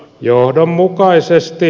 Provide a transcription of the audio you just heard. johdonmukaisesti